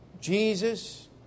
Jesus